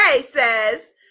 says